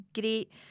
great